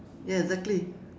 ya exactly